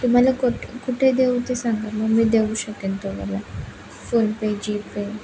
तुम्हाला कोट कुठे देऊ ते सांगा मग मी देऊ शकेन तुम्हाला फोनपे जीपे